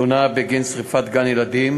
תלונה בגין שרפת גן-ילדים